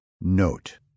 Note